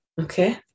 Okay